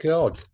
God